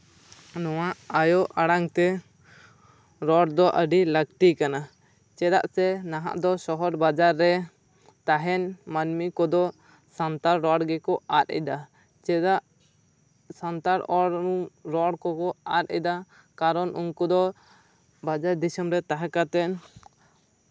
ᱱᱚᱶᱟ ᱟᱭᱳ ᱟᱲᱟᱝ ᱛᱮ ᱨᱚᱲ ᱫᱚ ᱟᱹᱰᱤ ᱞᱟᱹᱠᱛᱤ ᱠᱟᱱᱟ ᱪᱮᱫᱟᱜ ᱥᱮ ᱱᱟᱦᱟᱜ ᱫᱚ ᱥᱚᱦᱚᱨ ᱵᱟᱡᱟᱨ ᱨᱮ ᱛᱟᱦᱮᱸᱱ ᱢᱟᱹᱱᱢᱤ ᱠᱚᱫᱚ ᱥᱟᱱᱛᱟᱲ ᱨᱚᱲ ᱜᱮᱠᱚ ᱟᱫ ᱮᱫᱟ ᱪᱮᱫᱟᱜ ᱥᱟᱱᱛᱟᱲ ᱚᱞ ᱩᱨᱩᱢ ᱨᱚᱲ ᱠᱚᱠᱚ ᱟᱫ ᱮᱫᱟ ᱠᱟᱨᱚᱱ ᱩᱱᱠᱩ ᱫᱚ ᱵᱟᱡᱟᱨ ᱫᱤᱥᱚᱢᱨᱮ ᱛᱟᱦᱮᱸ ᱠᱟᱛᱮᱫ